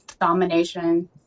Domination